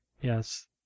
Yes